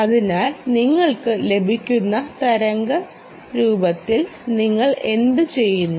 അതിനാൽ നിങ്ങൾക്ക് ലഭിക്കുന്ന തരംഗരൂപത്തിൽ നിങ്ങൾ എന്തുചെയ്യുന്നു